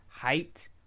hyped